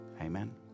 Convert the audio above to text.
Amen